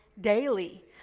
daily